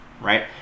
right